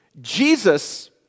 Jesus